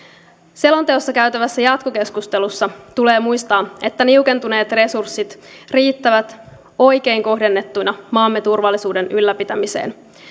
selonteosta käytävässä jatkokeskustelussa tulee muistaa että niukentuneet resurssit riittävät oikein kohdennettuina maamme turvallisuuden ylläpitämiseen